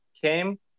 came